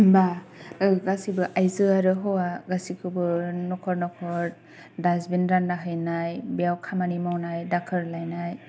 गासिबो आयजो आरो हौवा गासिबखौबो न'खर न'खर डाष्टबिन रानना हैनाय बेयाव खामानि मावनाय दाखोर लायनाय